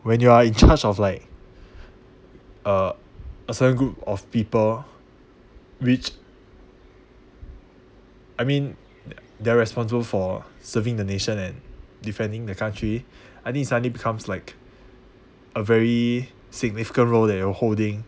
when you are in charge of like uh a certain group of people which I mean they're responsible for serving the nation and defending the country I think suddenly becomes like a very significant role that you're holding